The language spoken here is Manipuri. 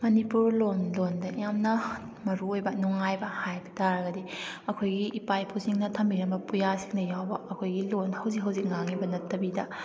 ꯃꯅꯤꯄꯨꯔ ꯂꯣꯟꯗ ꯌꯥꯝꯅ ꯃꯔꯨ ꯑꯣꯏꯕ ꯅꯨꯡꯉꯥꯏꯕ ꯍꯥꯏꯕ ꯇꯥꯔꯒꯗꯤ ꯑꯩꯈꯣꯏꯒꯤ ꯏꯄꯥ ꯏꯄꯨꯁꯤꯡꯅ ꯊꯝꯕꯤꯔꯝꯕ ꯄꯨꯌꯥꯁꯤꯡꯗ ꯌꯥꯎꯕ ꯑꯩꯈꯣꯏꯒꯤ ꯂꯣꯟ ꯍꯧꯖꯤꯛ ꯍꯧꯖꯤꯛ ꯉꯥꯡꯂꯤꯕ ꯅꯠꯇꯕꯤꯗ